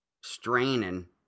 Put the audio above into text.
straining